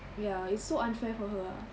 ya it's so unfair for her ah